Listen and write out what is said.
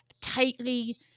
tightly